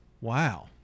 Wow